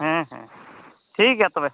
ᱦᱮᱸ ᱦᱮᱸ ᱴᱷᱤᱠ ᱜᱮᱭᱟ ᱛᱚᱵᱮ